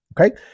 Okay